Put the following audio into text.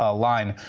ah line.